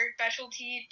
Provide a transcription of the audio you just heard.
specialty